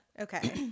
Okay